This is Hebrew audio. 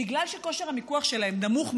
בגלל שכושר המיקוח שלהם נמוך,